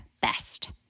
best